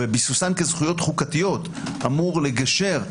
וביסוסם כזכויות חוקתיות אמור לגשר,